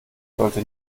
sollte